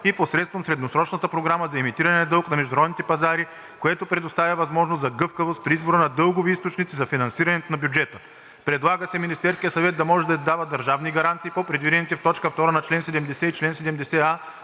и посредством средносрочната програма за емитиране на дълг на международните пазари, което предоставя възможност за гъвкавост при избора на дългови източници за финансиране на бюджета. Предлага се Министерският съвет да може да издава държавни гаранции по предвидените в т. 2 на чл. 70 и в чл. 70а